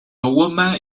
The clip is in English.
woman